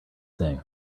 thing